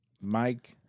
Mike